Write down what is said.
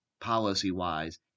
policy-wise